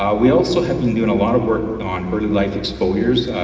we also have been doing a lot of work on early-life exposures,